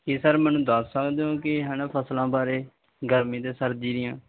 ਕੀ sir ਮੈਨੂੰ ਦੱਸ ਸਕਦੇ ਹੋ ਕੀ ਹੈ ਨਾ ਫ਼ਸਲਾਂ ਬਾਰੇ ਗਰਮੀ ਅਤੇ ਸਰਦੀ ਦੀਆਂ